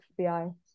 FBI